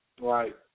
right